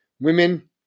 women